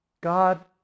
God